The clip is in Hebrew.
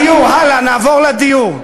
הדיור, הלאה, נעבור לדיור,